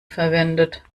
verwendet